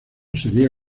sería